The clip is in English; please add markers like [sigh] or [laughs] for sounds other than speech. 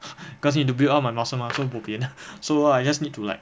[laughs] cause need to build up my muscle mah so bo pian [laughs] so I need to like